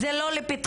זה לא לפתחך.